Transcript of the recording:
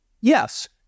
Yes